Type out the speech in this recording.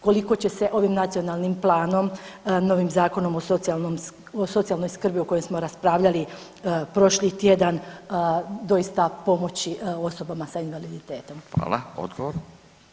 Koliko će se ovim nacionalnim planom, novim Zakonom o socijalnoj skrbi o kojem smo raspravljali prošli tjedan doista pomoći osobama s invaliditetom?